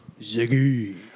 Ziggy